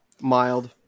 Mild